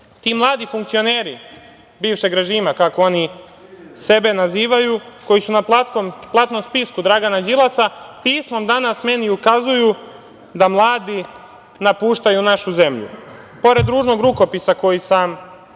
Ti mladi funkcioneri bivšeg režima, kako oni sebe nazivaju, koji su na platnom spisku Dragana Đilasa, pismom danas meni ukazuju da mladi napuštaju našu zemlju. Pored ružnog rukopisa koji sam